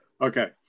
Okay